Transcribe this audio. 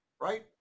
right